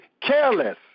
careless